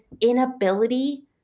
inability